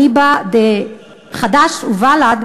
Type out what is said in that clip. אליבא דחד"ש ובל"ד,